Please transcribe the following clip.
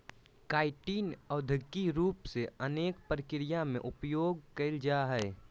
chitin औद्योगिक रूप से अनेक प्रक्रिया में उपयोग कइल जाय हइ